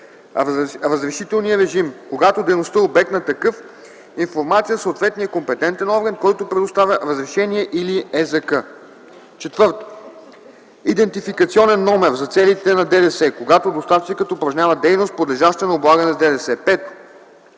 3. разрешителния режим, когато дейността е обект на такъв, информация за съответния компетентен орган, който предоставя разрешението на ЕЗК; 4. идентификационен номер за целите на ДДС, когато доставчикът упражнява дейност, подлежаща на облагане с ДДС; 5.